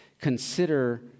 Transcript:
consider